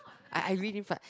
I I really fart